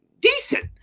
decent